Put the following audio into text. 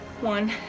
One